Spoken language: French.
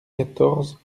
quatorze